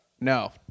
no